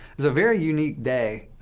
was a very unique day,